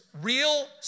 real